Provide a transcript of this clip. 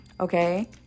Okay